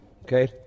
Okay